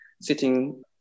sitting